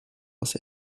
als